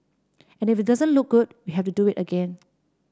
and if it doesn't look good we have to do it again